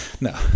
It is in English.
No